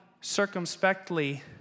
circumspectly